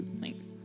thanks